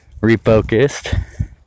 refocused